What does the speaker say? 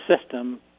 system